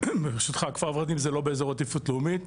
ברשותך, כפר ורדים זה לא באזור עדיפות לאומי,